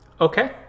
Okay